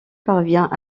parvient